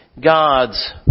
God's